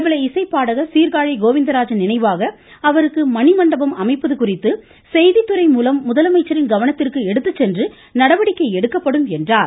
பிரபல இசைப்பாடகர் சீர்காழி கோவிந்தராஜன் நினைவாக அவருக்கு மணிமண்டபம் அமைப்பது குறித்து செய்தி துறை மூலம் முதலமைச்சரின் கவனத்திற்கு எடுத்துச்சென்று நடவடிக்கை எடுக்கப்படும் என்றார்